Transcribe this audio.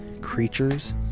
creatures